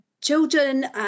children